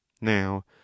now